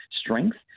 strength